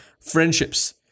friendships